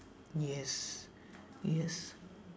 yes yes